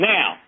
Now